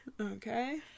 Okay